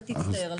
אתה תצטער על זה.